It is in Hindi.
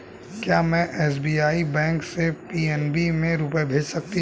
क्या में एस.बी.आई बैंक से पी.एन.बी में रुपये भेज सकती हूँ?